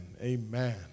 Amen